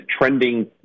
trending